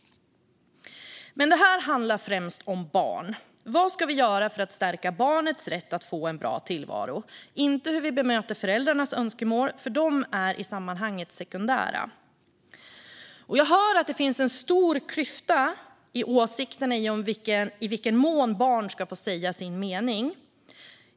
Men det här handlar främst om barn. Vad ska vi göra för att stärka barnets rätt att få en bra tillvaro? Det handlar inte om hur vi bemöter föräldrarnas önskemål, för de är i sammanhanget sekundära. Jag hör att det finns en stor klyfta i åsikterna om i vilken mån barn ska få säga sin mening.